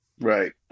Right